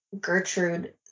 Gertrude